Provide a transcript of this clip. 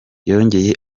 yongeye